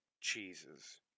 cheeses